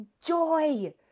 Joy